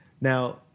Now